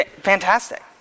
Fantastic